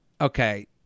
Okay